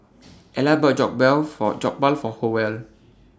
Ella bought For Jokbal For Howell